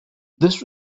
this